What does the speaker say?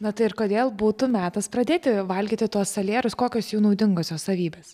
na tai ir kodėl būtų metas pradėti valgyti tuos salierus kokios jų naudingosios savybės